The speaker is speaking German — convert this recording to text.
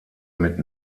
mit